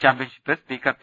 championship speaker P